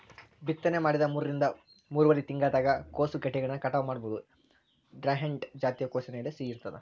ಬಿತ್ತನೆ ಮಾಡಿದ ಮೂರರಿಂದ ಮೂರುವರರಿ ತಿಂಗಳದಾಗ ಕೋಸುಗೆಡ್ಡೆಗಳನ್ನ ಕಟಾವ ಮಾಡಬೋದು, ಡ್ರಂಹೆಡ್ ಜಾತಿಯ ಕೋಸಿನ ಎಲೆ ಸಿಹಿ ಇರ್ತಾವ